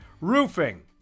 roofing